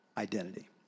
Identity